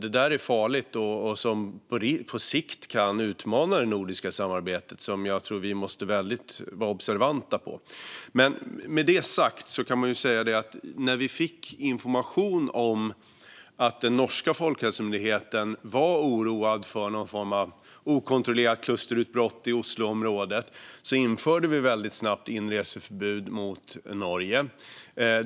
Det är farligt och kan på sikt utmana det nordiska samarbetet och är något som jag tror att vi måste vara väldigt observanta på. När vi fick information om att den norska folkhälsomyndigheten var oroad för någon form av okontrollerat klusterutbrott i Osloområdet införde vi väldigt snabbt inreseförbud mot Norge.